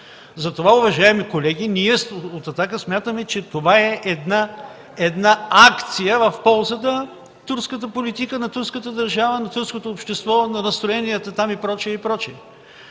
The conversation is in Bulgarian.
Затова, уважаеми колеги, ние от „Атака” смятаме, че това е една акция в полза на турската политика, на турската държава, на турското общество, на настроенията там и